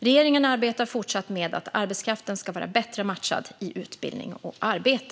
Regeringen arbetar fortsatt för att arbetskraften ska vara bättre matchad i utbildning och arbete.